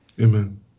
Amen